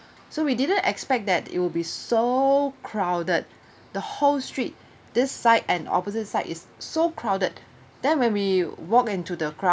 so we didn't expect that it will be so crowded the whole street this side and opposite side is so crowded then when we walk into the crowd